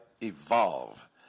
evolve